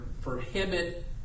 prohibit